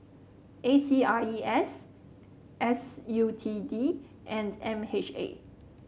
A C R E S S U T D and M H A